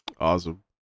Awesome